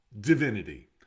divinity